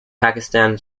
pakistan